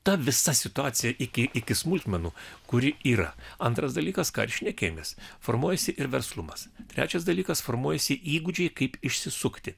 ta visa situacija iki iki smulkmenų kuri yra antras dalykas ką ir šnekėjomės formuojasi ir verslumas trečias dalykas formuojasi įgūdžiai kaip išsisukti